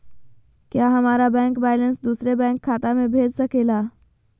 क्या हमारा bank balance दूसरे बैंक खाता में भेज सके ला?